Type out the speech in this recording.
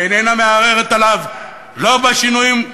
איננה מערערת עליו, לא בשינויים,